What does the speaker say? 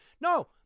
No